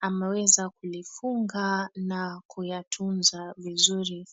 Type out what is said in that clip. Ameweza kulifunga na kuyatunza vizuri.